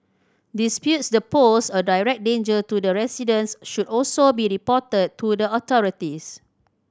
disputes that pose a direct danger to the residents should also be reported to the authorities